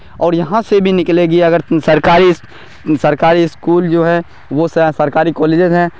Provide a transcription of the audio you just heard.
اور یہاں سے بھی نکلے گی اگر سرکاری سرکاری اسکول جو ہے وہ سرکاری کالجز ہیں